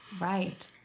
Right